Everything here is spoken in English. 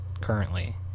currently